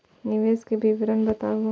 निवेश के विवरण बताबू?